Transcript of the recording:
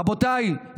רבותיי,